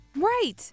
Right